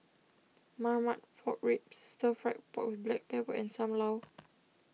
Marmite Pork Ribs Stir Fried Pork with Black Pepper and Sam Lau